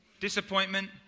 Disappointment